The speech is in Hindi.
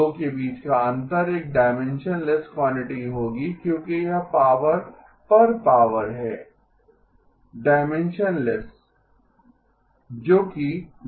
2 के बीच का अंतर एक डायमेंशनलेस क्वांटिटी होगी क्योंकि यह पावर पर पावर है डायमेंशनलेस जो कि dB है